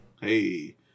Hey